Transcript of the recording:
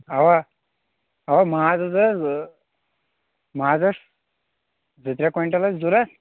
اَوا اَوا ماز مازَس زٕ ترٛےٚ کویِنٹَل ٲسۍ ضوٚرتھ